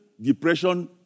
depression